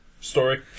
Story